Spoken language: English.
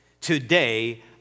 Today